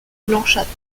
blanchâtres